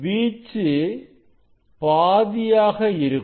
வீச்சு பாதியாக இருக்கும்